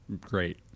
great